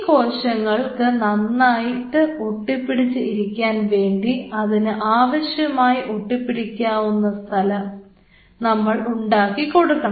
ഈ കോശങ്ങൾക്ക് നന്നായിട്ട് ഒട്ടിപ്പിടിച്ച് ഇരിക്കാൻ വേണ്ടി അതിന് ആവശ്യമായ ഒട്ടിപ്പിടിക്കാനുള്ള സ്ഥലം നമ്മൾ ഉണ്ടാക്കി കൊടുക്കണം